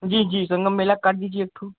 जी जी संगम मेला का काट दीजिए एकठो